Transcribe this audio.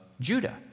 Judah